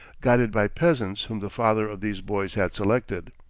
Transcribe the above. guided by peasants whom the father of these boys had selected.